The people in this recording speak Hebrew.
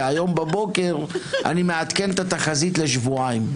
היום בבוקר אני מעדכן את התחזית לשבועיים.